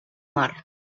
mar